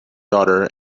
daughter